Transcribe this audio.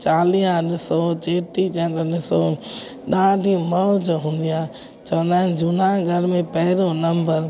चालीहो ॾिसो चेटीचंड ॾिसो ॾाढी मौज हूंदी आहे चवंदा आहिनि जूनागढ़ में पहिरों नंबर